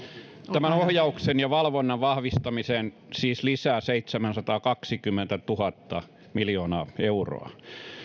tämän ohjauksen ja valvonnan vahvistamiseen siis lisää seitsemänsataakaksikymmentätuhatta euroa